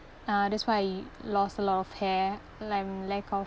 uh that's why I lost a lot of hair like I'm lack of